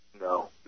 No